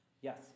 Yes